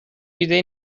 ایدهای